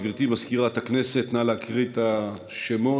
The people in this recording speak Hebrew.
גברתי מזכירת הכנסת, נא להקריא את השמות.